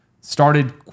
started